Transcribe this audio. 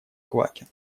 квакин